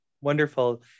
Wonderful